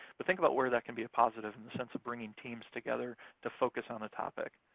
but think about where that can be a positive in the sense of bringing teams together to focus on a topic.